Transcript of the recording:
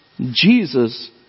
Jesus